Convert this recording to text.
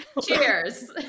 Cheers